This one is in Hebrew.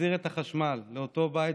והחזיר את החשמל לאותו בית.